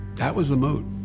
that was the mood.